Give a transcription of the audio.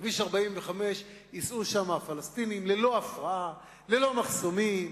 בכביש 45 ייסעו הפלסטינים ללא הפרעה, ללא מחסומים,